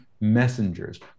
messengers